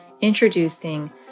Introducing